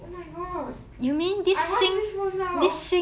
oh my god I want this phone now